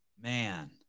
Man